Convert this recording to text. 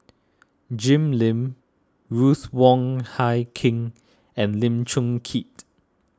Jim Lim Ruth Wong Hie King and Lim Chong Keat